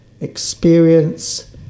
experience